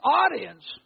audience